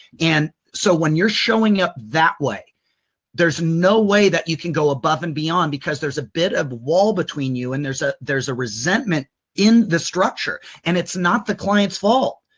and so when you're showing up that way there's no way that you can go above and beyond because there's a bit of wall between you and there's ah there's a resentment in the structure and it's not the client's fault.